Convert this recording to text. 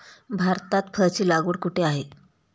भारतात फरची लागवड कुठे आहे?